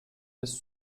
des